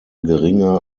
geringer